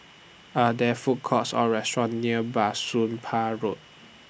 Are There Food Courts Or restaurants near Bah Soon Pah Road